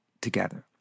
together